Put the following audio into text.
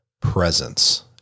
presence